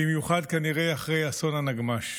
במיוחד, כנראה, אחרי אסון הנגמ"ש.